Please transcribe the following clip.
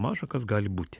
maža kas gali būti